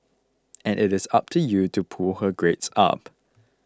and it is up to you to pull her grades up